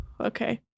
Okay